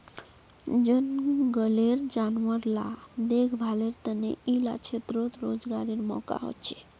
जनगलेर जानवर ला देख्भालेर तने इला क्षेत्रोत रोज्गारेर मौक़ा होछे